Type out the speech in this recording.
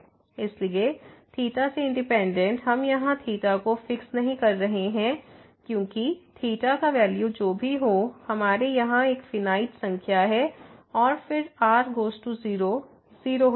इसलिए ϴ से इंडिपेंडेंट हम यहाँ ϴ को फिक्स नहीं कर रहे हैं क्योंकि ϴ का वैल्यू जो भी हो हमारे यहाँ एक फिनाइट संख्या है और फिर r गोज़ टू 0 0 हो जाएगा